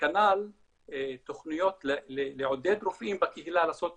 וכנ"ל תוכניות לעודד רופאים בקהילה לעשות